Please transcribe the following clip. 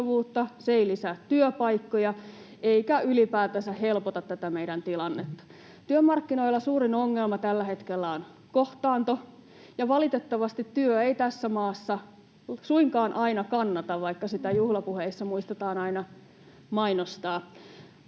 se ei lisää työpaikkoja eikä ylipäätänsä helpota tätä meidän tilannetta. Työmarkkinoilla suurin ongelma tällä hetkellä on kohtaanto, ja valitettavasti työ ei tässä maassa suinkaan aina kannata, vaikka sitä juhlapuheissa muistetaan aina mainostaa.